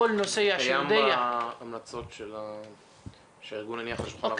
כל נוסע שיודע --- זה קיים בהמלצות שהארגון הניח על שולחן הוועדה.